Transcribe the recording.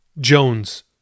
Jones